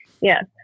Yes